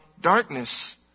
darkness